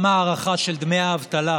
ההארכה של דמי האבטלה,